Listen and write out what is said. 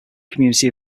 community